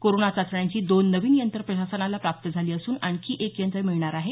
corona चाचण्यांची दोन नवीन यंत्रं प्रशासनाला प्राप्त झाली असून आणखी एक यंत्र मिळणार आहे